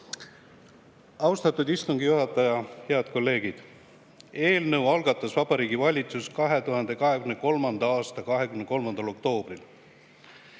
Austatud istungi juhataja! Head kolleegid! Eelnõu algatas Vabariigi Valitsus 2023. aasta 23. oktoobril.